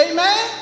Amen